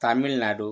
Tamil Nadu